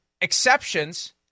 exceptions